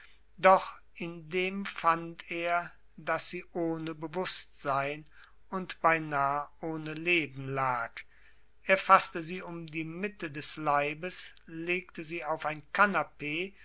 doch indem fand er daß sie ohne bewußtsein und beinah ohne leben lag er faßte sie um die mitte des leibes legte sie auf ein kanapee